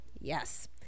yes